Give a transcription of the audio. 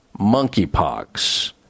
monkeypox